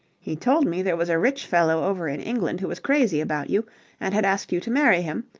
he told me there was a rich fellow over in england who was crazy about you and had asked you to marry him,